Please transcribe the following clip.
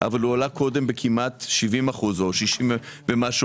אבל הוא עלה קודם בכמעט 70% או 60% ומשהו.